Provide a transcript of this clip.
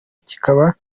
kikaba